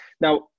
Now